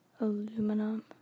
Aluminum